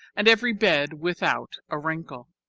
and every bed without a wrinkle.